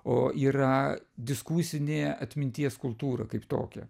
o yra diskusinė atminties kultūra kaip tokia